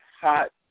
Hot